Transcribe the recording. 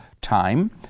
time